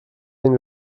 den